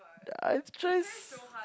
I try s~